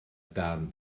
darn